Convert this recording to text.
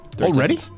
Already